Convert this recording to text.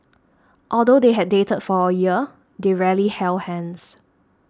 although they had dated for a year they rarely held hands